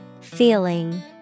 Feeling